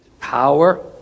power